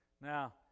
Now